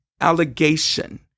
allegation